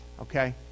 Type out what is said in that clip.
okay